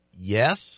Yes